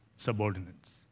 Subordinates